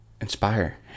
inspire